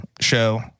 show